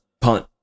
punt